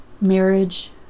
marriage